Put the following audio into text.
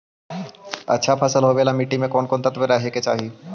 अच्छा फसल होबे ल मट्टी में कोन कोन तत्त्व रहे के चाही?